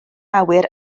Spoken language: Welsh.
awyr